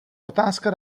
otázka